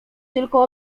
tylko